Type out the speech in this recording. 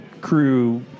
crew